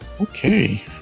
Okay